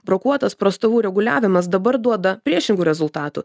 brokuotas prastovų reguliavimas dabar duoda priešingų rezultatų